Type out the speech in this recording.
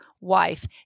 wife